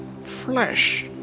flesh